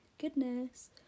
Goodness